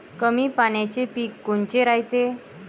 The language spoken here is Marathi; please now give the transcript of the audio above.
कमी पाण्याचे पीक कोनचे रायते?